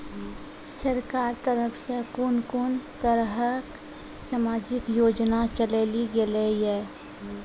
सरकारक तरफ सॅ कून कून तरहक समाजिक योजना चलेली गेलै ये?